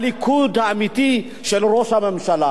הליכוד האמיתי הוא של ראש הממשלה.